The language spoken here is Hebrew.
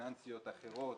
פיננסיות אחרות,